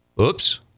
Oops